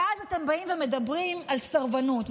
ואז אתם באים ומדברים על סרבנות.